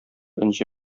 энҗе